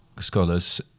scholars